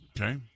Okay